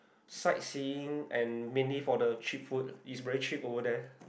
sightseeing and mainly for the cheap food is very cheap over there